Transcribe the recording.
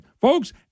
Folks